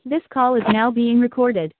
this call is now been been recorded